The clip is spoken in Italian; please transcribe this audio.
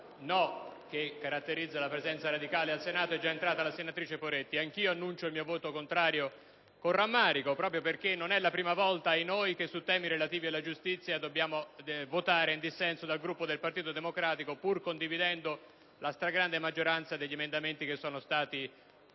che caratterizza la presenza radicale al Senato è già entrata la senatrice Poretti. Anch'io annuncio il mio voto contrario con rammarico, proprio perché non è la prima volta che su temi relativi alla giustizia dobbiamo votare in dissenso dal Gruppo del Partito Democratico, pur condividendo la stragrande maggioranza degli emendamenti proposti, a